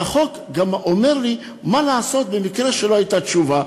והחוק גם אומר לי מה לעשות במקרה שלא הייתה תשובה.